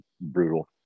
brutal